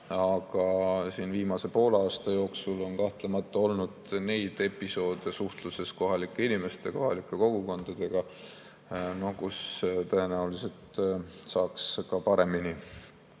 Aga siin viimase poole aasta jooksul on kahtlemata olnud neid episoode suhtluses kohalike inimeste, kohalike kogukondadega, kus tõenäoliselt saaks ka paremini.